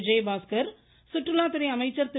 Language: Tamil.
விஜயபாஸ்கர் சுற்றுலாத்துறை அமைச்சர் திரு